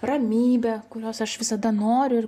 ramybė kurios aš visada noriu ir